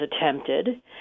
attempted